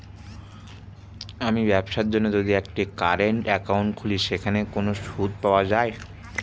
আমি ব্যবসার জন্য যদি একটি কারেন্ট একাউন্ট খুলি সেখানে কোনো সুদ পাওয়া যায়?